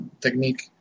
technique